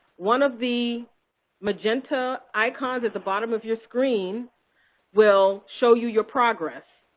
one of the magenta icons at the bottom of your screen will show you your progress.